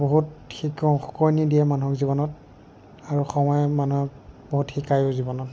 বহুত শিকও শিকনি দিয়ে মানুহক জীৱনত আৰু সময়ে মানুহক বহুত শিকায়ো জীৱনত